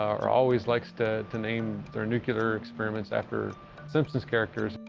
or always likes to to name their nuclear experiments after simpsons' characters.